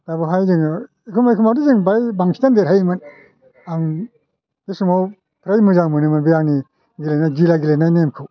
दा बावहाय जोङो एखमबा एखमबाथ' जों बाहाय बांसिनानो देरहायोमोन आं बे समाव फ्राय मोजां मोनोमोन बे आंनि गेलेनाय गिला गेलेनाय नेमखौ